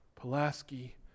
Pulaski